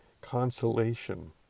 consolation